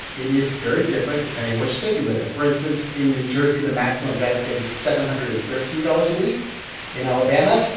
it is very different depending which state you live in. for instance, in new jersey, the maximum benefit is seven hundred and thirteen dollars a week in alabama,